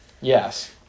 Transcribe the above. Yes